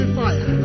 fire